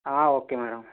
okay madam